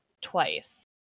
twice